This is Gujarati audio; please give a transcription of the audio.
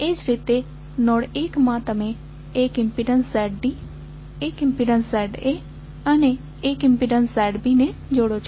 એ જ રીતે નોડ 1 માં તમે એક ઈમ્પિડન્સ ZD એક ઈમ્પિડન્સ ZA અને એક ઈમ્પિડન્સ ZB ને જોડો છો